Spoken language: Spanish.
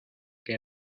que